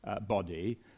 body